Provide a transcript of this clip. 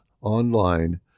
online